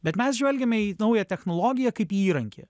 bet mes žvelgiame į naują technologiją kaip į įrankį